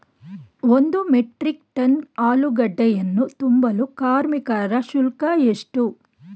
ಒಂದು metric tonne ಆಲೂಗೆಡ್ಡೆಯನ್ನು ತುಂಬಲು ಕಾರ್ಮಿಕರ ಶುಲ್ಕ ಎಷ್ಟು?